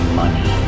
money